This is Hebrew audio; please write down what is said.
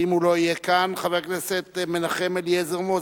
ואם הוא לא יהיה כאן, חבר הכנסת מנחם אליעזר מוזס,